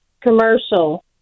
commercial